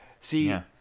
See